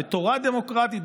בתורה דמוקרטית,